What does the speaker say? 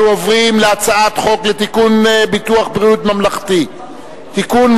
אנחנו עוברים להצעת חוק ביטוח בריאות ממלכתי (תיקון,